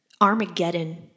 Armageddon